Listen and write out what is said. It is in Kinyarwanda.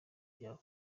byabo